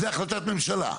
זה החלטת ממשלה.